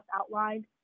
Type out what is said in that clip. outlined